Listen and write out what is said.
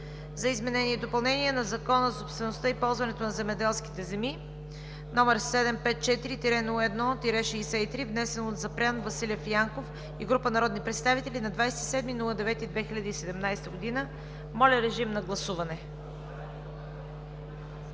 за изменение и допълнение на Закона за собствеността и ползването на земеделските земи № 754-01-63, внесен от Запрян Василев Янков и група народни представители на 27 септември 2017 г. Гласували